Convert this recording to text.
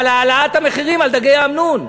אבל, העלאת המחירים של דגי אמנון,